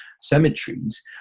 cemeteries